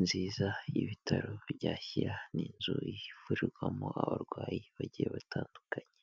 nziza y'ibitaro bya Shyira, ni inzu ivurirwamo abarwayi bagiye batandukanye.